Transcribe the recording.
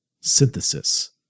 synthesis